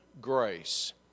grace